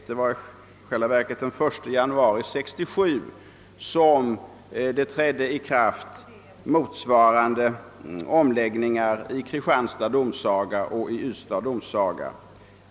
I själva verket var det den 1 januari 1967 som motsvarande omläggningar vidtogs i Kristianstads och Ystads domsagor.